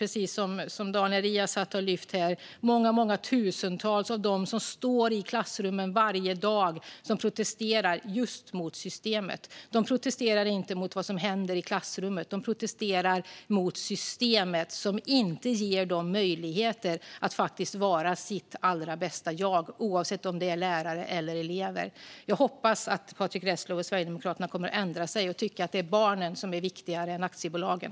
Precis som Daniel Riazat lyfte upp här ser vi många tusental av dem som står i klassrummen varje dag som protesterar just mot systemet. De protesterar inte mot vad som händer i klassrummet, utan de protesterar mot det system som inte ger dem möjligheter att vara sitt allra bästa jag, oavsett om det handlar om lärare eller elever. Jag hoppas att Patrick Reslow och Sverigedemokraterna kommer att ändra sig och tycka att barnen är viktigare än aktiebolagen.